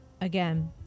again